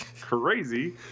Crazy